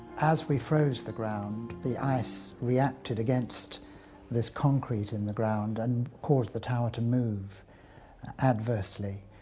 as we froze the ground the ice reacted against this concrete in the ground and caused the tower to move adversely.